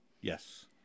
Yes